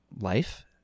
Life